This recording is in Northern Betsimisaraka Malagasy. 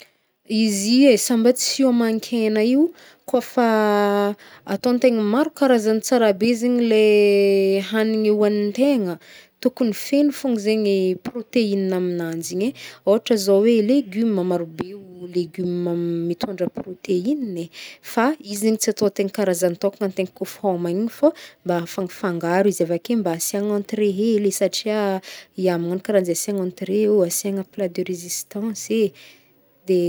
Izy e, sa mba tsy homan-kena io, kô fa ataogna tegn maro karazan tsara be zegny le hagnigny hoagnintegna. Tokony feno fôgna zegny ny proteina aminanjy igny e. Ôhatra zao e légumes. Maro be o légumes mam- mitondra prôteina e. Fa izegny tsy ataontegna karazagny tôkana antegna kaofa homagna igny fô, mba afagafangaro izy avake, mba asiagna entrée hely satria ya, magnagno karahanjay asiàgna entrée o, asiagna plat de résistance e.